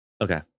Okay